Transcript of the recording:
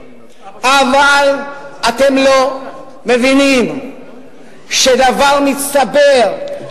אבל אתם לא מבינים שדבר מצטבר,